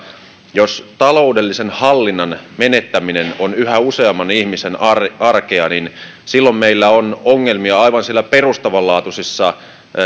jos taloudellisen hallinnan menettäminen on yhä useamman ihmisen arkea niin silloin meillä on ongelmia aivan siellä perustavanlaatuisessa